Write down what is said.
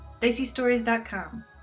diceystories.com